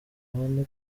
bane